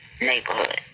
neighborhood